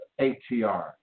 ATR